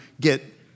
get